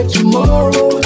tomorrow